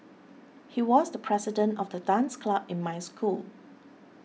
he was the president of the dance club in my school